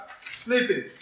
sleeping